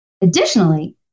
Additionally